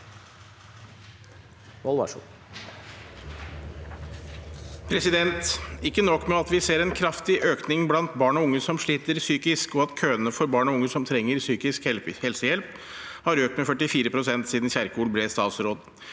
Ikke nok med at vi ser en kraftig økning blant barn og unge som sliter psykisk, og at køene for barn og unge som trenger psykisk helsehjelp, har økt med 44 pst. siden Kjerkol ble statsråd;